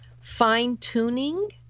fine-tuning